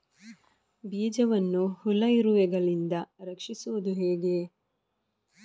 ಬೀಜವನ್ನು ಹುಳ, ಇರುವೆಗಳಿಂದ ರಕ್ಷಿಸುವುದು ಹೇಗೆ?